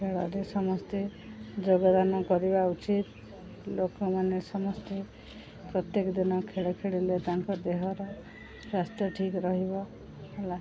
ଖେଳରେ ସମସ୍ତେ ଯୋଗଦାନ କରିବା ଉଚିତ ଲୋକମାନେ ସମସ୍ତେ ପ୍ରତ୍ୟେକ ଦିନ ଖେଳ ଖେଳିଲେ ତାଙ୍କ ଦେହର ସ୍ୱାସ୍ଥ୍ୟ ଠିକ୍ ରହିବ ହେଲା